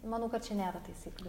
manau kad čia nėra taisyklių